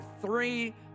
three